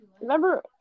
Remember